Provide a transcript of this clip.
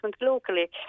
locally